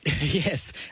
yes